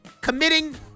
committing